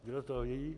Kdo to ví?